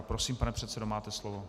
Prosím, pane předsedo, máte slovo.